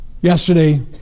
yesterday